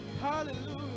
hallelujah